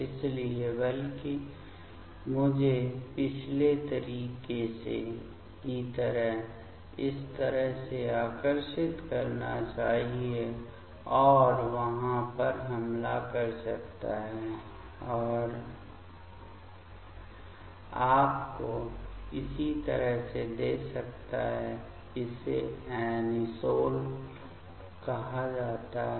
इसलिए बल्कि मुझे पिछले तरीके की तरह इस तरह से आकर्षित करना चाहिए और यह वहां पर हमला कर सकता है और आपको इसी तरह से दे सकता है इसे ऐनिसोल कहा जाता है